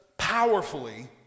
powerfully